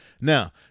now